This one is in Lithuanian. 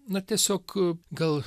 na tiesiog gal